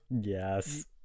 Yes